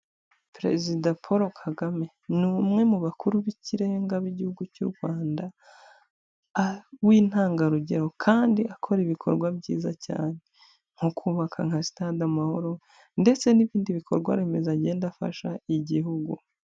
Perezida Paul Kagame ni umwe mu bakuru b'ikirenga b'igihugu cy'u Rwanda w'intangarugero kandi akora ibikorwa byiza cyane nko kubabaka nka sitade Amahoro ndetse n'ibindi bikorwa remezo agenda afasha igihugu.